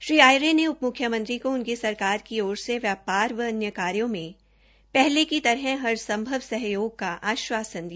श्री आयरे ने उप म्ख्यमंत्री को उनकी सरकार की ओर से व्यापार व अन्य कार्यों में पहले की तरह हर संभव सहयोग का आश्वासन दिया